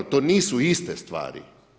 To nisu iste stvari.